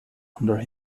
under